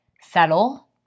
settle